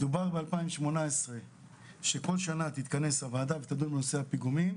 ב-2018 נאמר שבכל שנה תתכנס הוועדה ותדון על נושא הפיגומים,